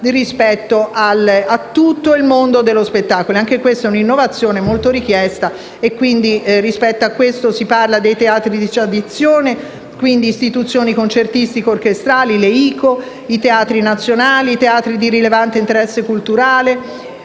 per tutto il mondo dello spettacolo. Anche questa è una innovazione molto richiesta, rispetto alla quale si parla dei teatri di tradizione, di istituzioni concertistico-orchestrali (le ICO), di teatri nazionali e di rilevante interesse culturale,